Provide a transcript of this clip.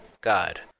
God